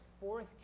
fourth